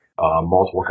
multiple